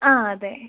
ആ അതെ